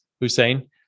Hussein